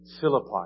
Philippi